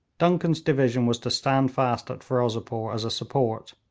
duncan's division was to stand fast at ferozepore as a support,